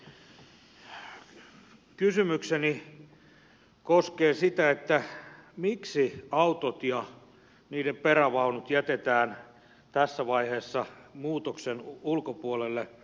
kysymykseni koskee sitä miksi autot ja niiden perävaunut jätetään tässä vaiheessa muutoksen ulkopuolelle